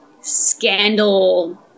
scandal